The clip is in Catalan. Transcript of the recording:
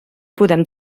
podem